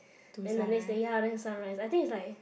then the next day ya then the sunrise I think is like